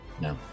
No